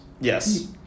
Yes